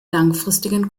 langfristigen